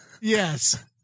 Yes